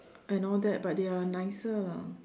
and all that but they are nicer lah